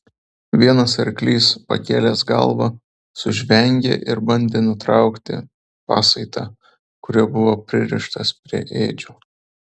vienas arklys pakėlęs galvą sužvengė ir bandė nutraukti pasaitą kuriuo buvo pririštas prie ėdžių